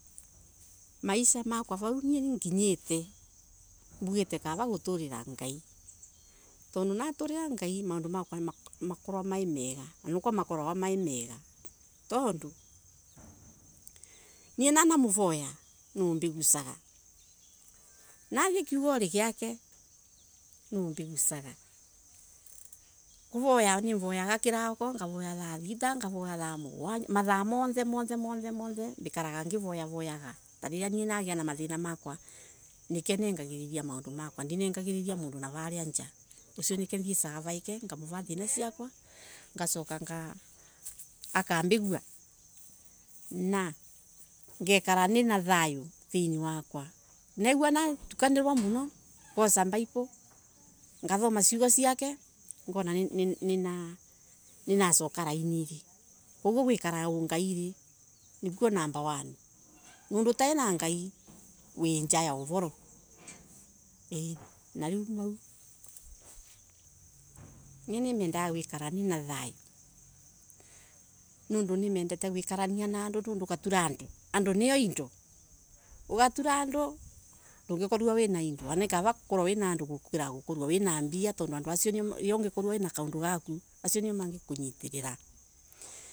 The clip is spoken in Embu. Maisha Makala vau nginyite mbugite kava gutulila ngai tondo natulila ngai maundu Makala ni makorwa me mega tondu nie nana mvoya ni umbi gusaga nathie kiugore giake nubigusaga kuvoya nivoyaga kiroko, thaa thita tha mugwanja mothaa mothe mothe mbikalaga ngivoyaga ta lilia nagia na mathina makwa nike ningagagiirira ndinenga giriria mundu nav alia njaa ucio nike thiesaga vaai ke ngamova thina ciakwa ngacoka akambigue na ngekara nina thayo thiini wakwa neguo natukanilia muno ngosa bible ngathoma ciugo ciake ngona nina cooka laini koguo gwikara ungairi nikuo namba one tondo utai nan gai wi njaa ya uvoro, nie nimendete gwikalania na andu tondo nio indo ugatura andu ndungikorwa wan a indo ana kava wina andu gukira wina indo tondo andu acio we na kaundu gaku acio nio mangekunyitirira.